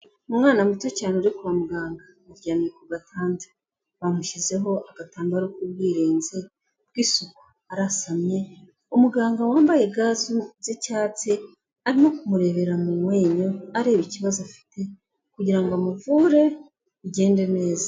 Umwana muto cyane uri kwa muganga, aryamye ku gatanda, bamushyizeho agatambaro k'ubwirinzi bw'isuku arasamye, umuganga wambaye ga z'icyatsi arimo kumurebera mu menyo areba ikibazo afite kugira ngo amuvure bigende neza.